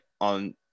on